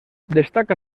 destaca